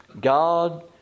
God